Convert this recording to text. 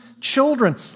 children